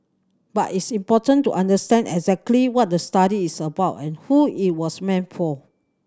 but it's important to understand exactly what the study is about and who it was meant for